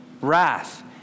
wrath